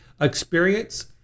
Experience